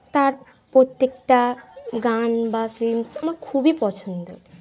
তার প্রত্যেকটা গান বা ফিল্মস আমার খুবই পছন্দের